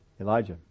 Elijah